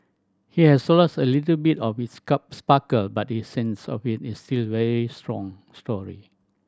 he has so lost a little bit of its sparkle but the essence of it is still very strong story